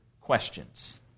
questions